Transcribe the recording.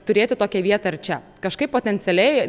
turėti tokią vietą ar čia kažkaip potencialiai